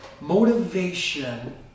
Motivation